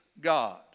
God